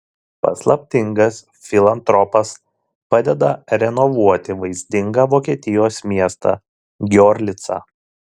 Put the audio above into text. paslaptingas filantropas padeda renovuoti vaizdingą vokietijos miestą giorlicą